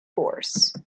force